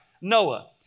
Noah